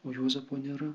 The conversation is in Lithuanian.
o juozapo nėra